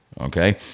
okay